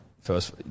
first